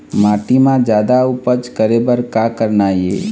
माटी म जादा उपज करे बर का करना ये?